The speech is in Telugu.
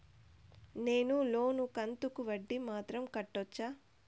నేను లోను కంతుకు వడ్డీ మాత్రం కట్టొచ్చా?